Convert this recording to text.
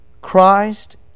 Christ